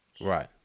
Right